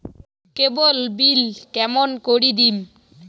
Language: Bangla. কেবল বিল কেমন করি দিম?